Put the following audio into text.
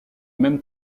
même